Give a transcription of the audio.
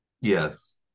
Yes